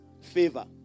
favor